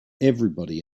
everybody